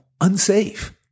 unsafe